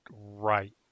right